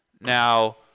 Now